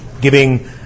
giving